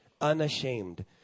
Unashamed